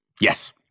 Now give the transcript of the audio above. Yes